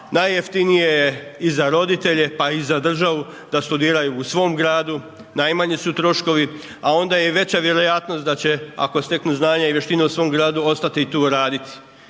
najjeftinije je i za roditelje pa i za državu da studiraju u svom gradu, najmanji su troškovi a onda je i veća vjerojatnost da će ako steknu znanja i vještine u svom gradu, ostati tu raditi